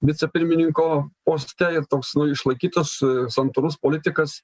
vicepirmininko poste toks išlaikytas santūrus politikas